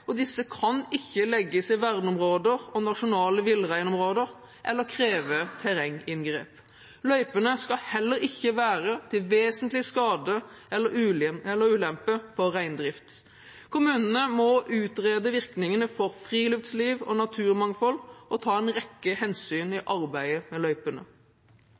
og disse kan ikke legges i verneområder, i nasjonale villreinområder eller kreve terrenginngrep. Løypene skal heller ikke være til vesentlig skade eller ulempe for reindrift. Kommunene må utrede virkningene for friluftsliv og naturmangfold og ta en rekke hensyn i arbeidet med løypene,